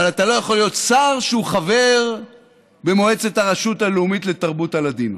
אבל אתה לא יכול להיות שר שהוא חבר במועצת הרשות הלאומית לתרבות הלדינו.